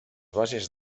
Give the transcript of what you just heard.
basses